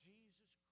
Jesus